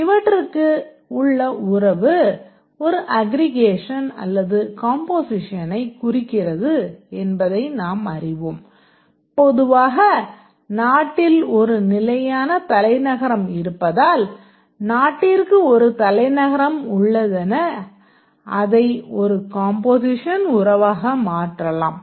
இவற்றுக்கு உள்ள உறவு ஒரு அக்ரிகேஷன் அல்லது காம்போசிஷனைக் குறிக்கிறது என்பதை நாம் அறிவோம் பொதுவாக நாட்டில் ஒரு நிலையான தலைநகரம் இருப்பதால் நாட்டிற்கு ஒரு தலைநகரம் உள்ளதென அதை ஒரு கம்போசிஷன் உறவாக மாற்றலாம்